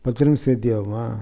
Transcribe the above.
பத்து நிமிஷம் சேர்த்தி ஆகுமா